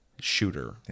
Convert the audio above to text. shooter